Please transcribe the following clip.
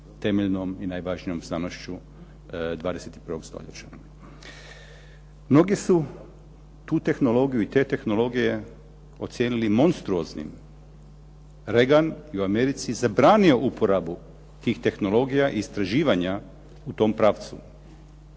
i najvažnijom znanošću 21. stoljeća. Mnogi su tu tehnologiju i te tehnologije ocijenili monstruoznim. Reagan je u Americi zabranio uporabu tih tehnologija i istraživanja u tom pravcu.